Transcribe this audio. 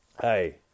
hey